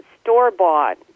store-bought